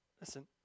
Listen